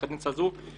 בקדנציה הזאת,